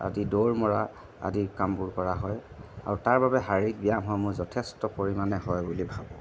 আদি দৌৰ মৰা আদি কামবোৰ কৰা হয় আৰু তাৰবাবে শাৰীৰিক ব্যায়ামসমূহ যথেষ্ট পৰিমাণে হয় বুলি ভাবোঁ